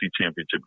championship